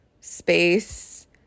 space